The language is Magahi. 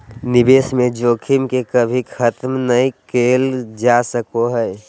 निवेश में जोखिम के कभी खत्म नय कइल जा सको हइ